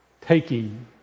taking